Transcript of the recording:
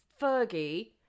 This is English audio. fergie